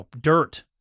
dirt